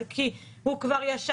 "בדבר דרכי פעולה ביישום הוראות סעיף 4,